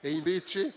e, invece,